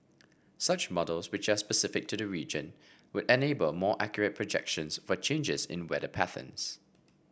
such models which are specific to the region would enable more accurate projections for changes in weather patterns